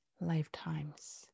lifetimes